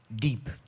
deep